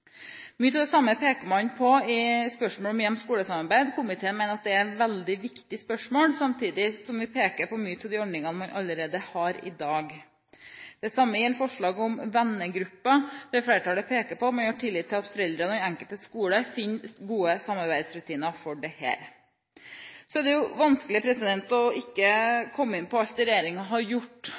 Mye av det samme peker man på i spørsmålet om hjem–skole-samarbeid. Komiteen mener at det er et veldig viktig spørsmål, samtidig som vi peker på mange av de ordningene som vi allerede har i dag. Det samme gjelder forslaget om vennegrupper, der flertallet peker på at man har tillit til at foreldrene og den enkelte skole finner gode samarbeidsrutiner for dette. Så er det vanskelig ikke å komme inn på alt det regjeringen har gjort,